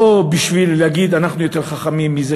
לא בשביל להגיד: אנחנו יותר חכמים מזה